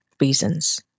reasons